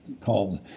called